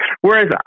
Whereas